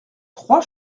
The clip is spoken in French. trois